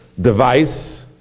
device